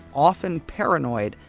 often paranoid.